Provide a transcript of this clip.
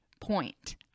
point